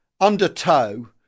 undertow